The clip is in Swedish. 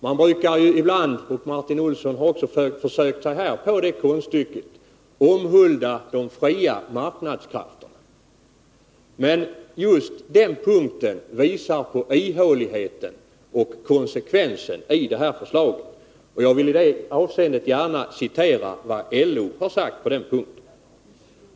Man brukar ibland — Martin Olsson har också försökt sig på det konststycket — omhulda de fria marknadskrafterna. Men just på den punkten framgår ihåligheten i och konsekvensen av det här förslaget. Jag vill i det avseendet gärna återge vad LO har sagt om förslaget.